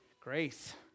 Grace